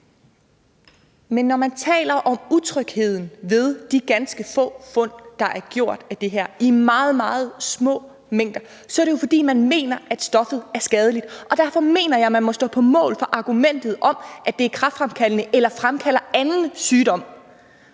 Men når man taler om utrygheden ved de ganske få fund, der er gjort af det her, i meget, meget små mængder, er det jo, fordi man mener, at stoffet er skadeligt. Og derfor mener jeg, at man må stå på mål for argumentet om, at det er kræftfremkaldende eller fremkalder anden sygdom.